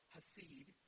Hasid